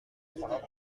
trois